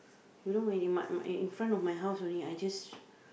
you know when in my in my in front of my house only I just